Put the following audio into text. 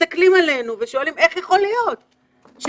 מסתכלים עלינו ושואלים איך יכול להיות שכל